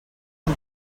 amb